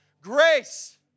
grace